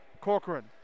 Corcoran